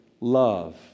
love